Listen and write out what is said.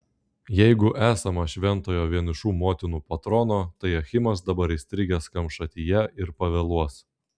jeigu esama šventojo vienišų motinų patrono tai achimas dabar įstrigęs kamšatyje ir pavėluos